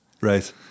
Right